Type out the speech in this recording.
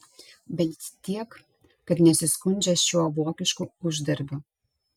bent tiek kad nesiskundžia šiuo vokišku uždarbiu